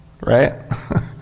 right